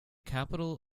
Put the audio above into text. capital